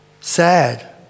sad